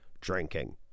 drinking